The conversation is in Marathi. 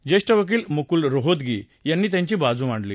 ज्येष्ठ वकील मुकूल रोहतगी यांनी त्यांची बाजू मांडली